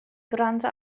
gwrando